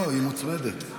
מוצמדת.